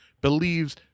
believes